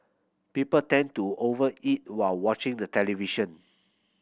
people tend to over eat while watching the television